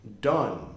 Done